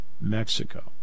Mexico